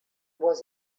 was